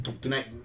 tonight